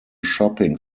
shopping